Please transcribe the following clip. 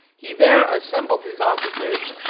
he there assembled his officers,